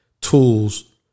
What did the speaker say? tools